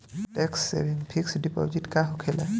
Tax saving fix deposit का होखे ला?